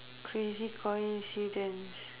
crazy coincidence